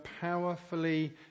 powerfully